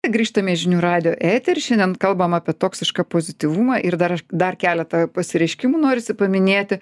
grįžtame į žinių radijo eterį šiandien kalbam apie toksišką pozityvumą ir dar a dar keletą pasireiškimų norisi paminėti